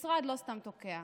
משרד לא סתם תוקע.